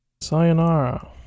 Sayonara